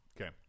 Okay